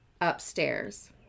upstairs